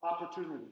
opportunity